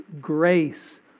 grace